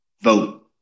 vote